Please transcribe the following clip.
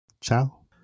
Ciao